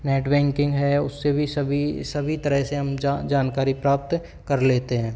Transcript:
net banking है उससे भी सभी सभी तरह से हम जानकारी प्राप्त कर लेते हैं